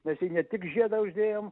mes jai ne tik žiedą uždėjom